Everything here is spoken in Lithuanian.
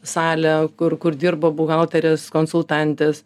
salę kur kur dirbo buhalterės konsultantės